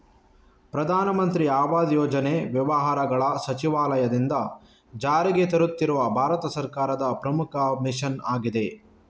ಪ್ರಧಾನ ಮಂತ್ರಿ ಆವಾಸ್ ಯೋಜನೆ ವ್ಯವಹಾರಗಳ ಸಚಿವಾಲಯದಿಂದ ಜಾರಿಗೆ ತರುತ್ತಿರುವ ಭಾರತ ಸರ್ಕಾರದ ಪ್ರಮುಖ ಮಿಷನ್ ಆಗಿದೆ